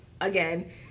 again